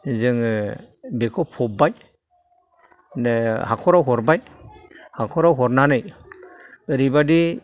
जोङो बेखौ फबबाय दा हाख'राव हरबाय हाख'राव हरनानै ओरैबादि